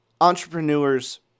entrepreneurs